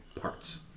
parts